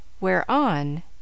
whereon